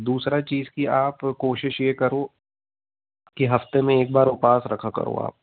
दूसरी चीज़ कि आप कोशिश यह करो कि हफ़्ते में एक बार उपवास रखा करो आप